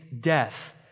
death